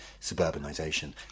suburbanisation